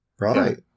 Right